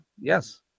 Yes